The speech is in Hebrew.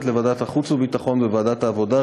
לוועדת החוץ והביטחון וועדת העבודה,